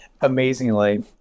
amazingly